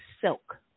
silk